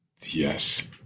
Yes